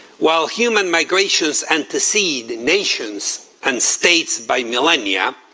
while human migrations antecede nations and sates by millennia,